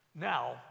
Now